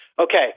Okay